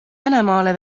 venemaale